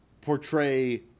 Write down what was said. portray